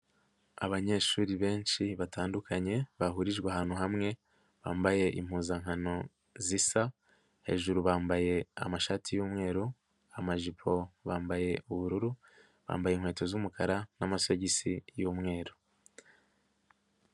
Abanyeshuri benshi batandukanye bahurijwe ahantu hamwe, bambaye impuzankano zisa. Hejuru bambaye amashati y'umweru, amajipo bambaye ubururu, bambaye inkweto z'umukara n'amasogisi y'umweru.